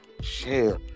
share